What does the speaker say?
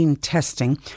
testing